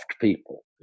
people